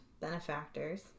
benefactors